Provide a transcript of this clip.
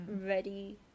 ready